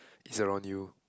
is around you